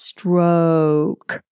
Stroke